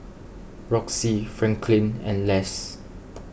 Roxie Franklyn and Les